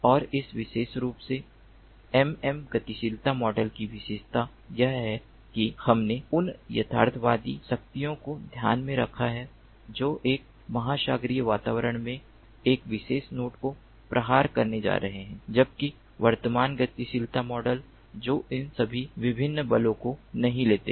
और इस विशेष रूप से एम एम गतिशीलता मॉडल की विशेषता यह है कि हमने उन यथार्थवादी शक्तियों को ध्यान में रखा है जो एक महासागरीय वातावरण में एक विशेष नोड को प्रहार करने जा रहे हैं जबकि वर्तमान गतिशीलता मॉडल जो इन सभी विभिन्न बलों को नहीं लेते हैं